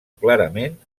clarament